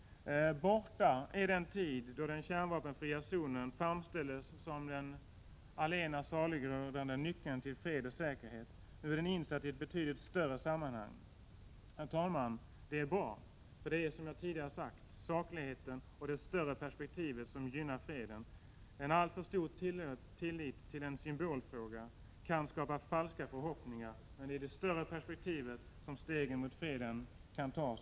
Borta är den tid då den kärnvapenfria zonen framställdes som den allena saliggörande nyckeln till fred och säkerhet. Nu är den frågan insatt i ett betydligt större sammanhang. Herr talman, det är bra: Som jag tidigare sagt är det sakligheten och det större perspektivet som gynnar freden. En alltför stor tillit till en symbolfråga kan skapa falska förhoppningar. Det är i det större perspektivet som stegen mot freden kan tas.